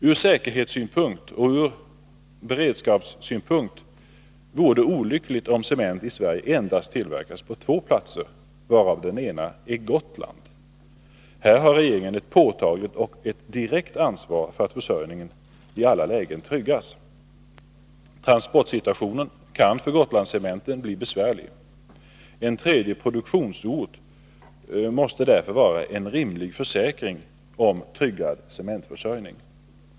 Ur säkerhetssynpunkt och ur beredskapssynpunkt vore det olyckligt om cement tillverkades på endast två platser i Sverige, varav den ena ligger på Gotland. Här har regeringen ett påtagligt och direkt ansvar för att försörjningen i alla lägen tryggas. Transportsituationen när det gäller cement från Gotland kan bli besvärlig. En tredje produktionsort måste därför vara en rimlig försäkring för en tryggad cementförsörjning.